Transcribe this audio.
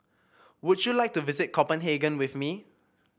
would you like to visit Copenhagen with me